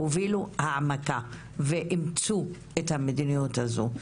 הובילו להעמקת המדיניות הזו ואימצו את המדיניות הזו.